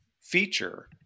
feature